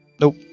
Nope